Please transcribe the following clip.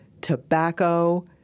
tobacco